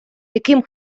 яким